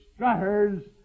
strutters